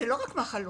זה לא רק מחלות,